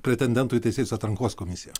pretendentų į teisėjus atrankos komisija